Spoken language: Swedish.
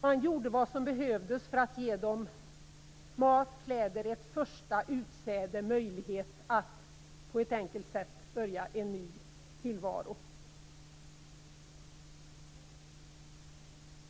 Man gjorde vad som behövdes för att ge dem mat, kläder, ett första utsäde och därmed möjlighet att på ett enkelt sätt börja en ny tillvaro.